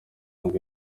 ngo